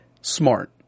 Smart